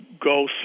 go